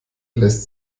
lässt